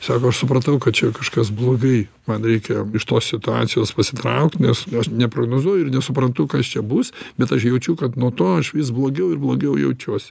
sako aš supratau kad čia kažkas blogai man reikia iš tos situacijos pasitraukt nes aš neprognozuoju ir nesuprantu kas čia bus bet aš jaučiu kad nuo to aš vis blogiau ir blogiau jaučiuosi